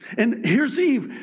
and here's eve,